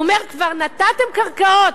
הוא אומר: כבר נתתם קרקעות,